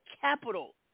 capital